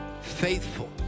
faithful